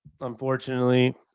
unfortunately